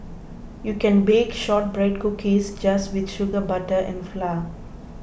you can bake Shortbread Cookies just with sugar butter and flour